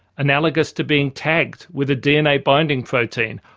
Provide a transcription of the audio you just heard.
analogous to being tagged with a dna-binding protein,